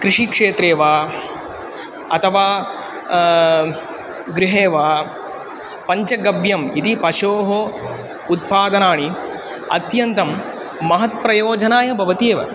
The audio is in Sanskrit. कृषिक्षेत्रे वा अथवा गृहे वा पञ्चगव्यम् इति पशोः उत्पादनानि अत्यन्तं महत्प्रयोजनाय भवन्ति एव